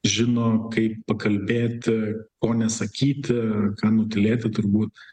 žino kaip pakalbėti ko nesakyti ar ką nutylėti turbūt